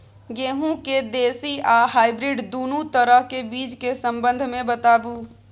गेहूँ के देसी आ हाइब्रिड दुनू तरह के बीज के संबंध मे बताबू?